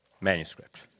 manuscript